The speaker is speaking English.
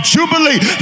Jubilee